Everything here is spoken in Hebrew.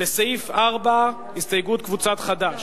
לסעיף 4, הסתייגות קבוצת חד"ש.